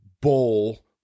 bowl